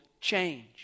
change